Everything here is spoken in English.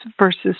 versus